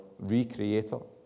recreator